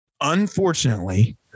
Unfortunately